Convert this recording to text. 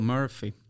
Murphy